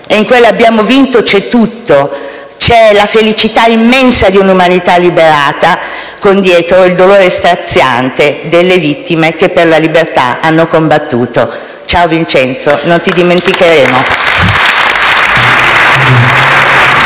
In quella frase c'è tutto: c'è la felicità immensa di un'umanità liberata con dietro il dolore straziante delle vittime che per la libertà hanno combattuto. Ciao Vincenzo, non ti dimenticheremo.